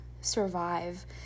survive